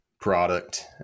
product